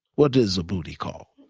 what is a booty call,